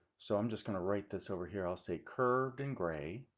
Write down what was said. so i'm just going to write this over here. i'll say curved and gray.